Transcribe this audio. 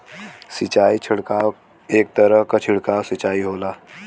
सिंचाई छिड़काव एक तरह क छिड़काव सिंचाई होला